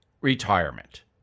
retirement